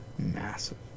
Massive